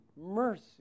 Mercy